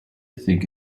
think